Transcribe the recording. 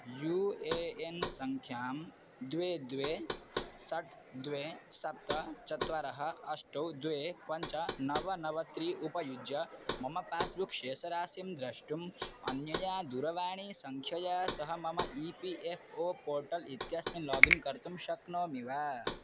you A N सङ्ख्यां द्वे द्वे षट् द्वे सप्त चत्वारि अष्ट द्वे पञ्च नव नव त्रीणि उपयुज्य मम पास्बुक् शेषराशिं द्रष्टुम् अनया दूरवाणीसङ्ख्यया सह मम E P F O portal इत्यस्मिन् लागिन् कर्तुं शक्नोमि वा